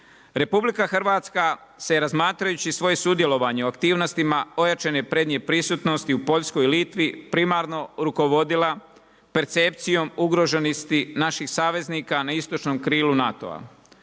interesa. RH se razmatrajući svoje sudjelovanje u aktivnostima ojačanje prednje prisutnosti u Poljskoj, Litvi, primarno rukovodila percepcijom ugroženosti naših saveznika na istočnom krilu NATO-a.